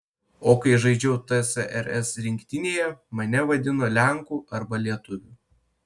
o kai žaidžiau tsrs rinktinėje mane vadino lenku arba lietuviu